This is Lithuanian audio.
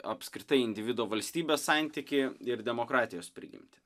apskritai individo valstybės santykį ir demokratijos prigimtį